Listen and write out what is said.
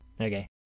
Okay